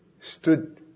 stood